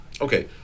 Okay